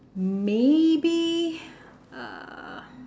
maybe uh